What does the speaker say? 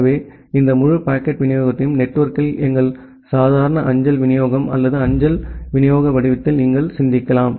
எனவே இந்த முழு பாக்கெட் விநியோகத்தையும் நெட்வொர்க்கில் எங்கள் சாதாரண அஞ்சல் விநியோகம் அல்லது அஞ்சல் அஞ்சல் விநியோக வடிவத்தில் நீங்கள் சிந்திக்கலாம்